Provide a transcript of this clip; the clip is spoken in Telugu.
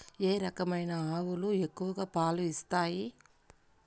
ఏ రకమైన ఆవులు ఎక్కువగా పాలు ఇస్తాయి?